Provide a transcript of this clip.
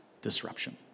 disruption